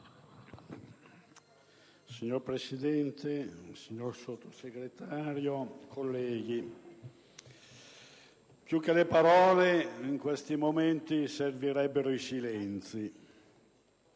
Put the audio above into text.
Signor Presidente, signor Sottosegretario, colleghi, più che le parole in questi momenti servirebbero i silenzi.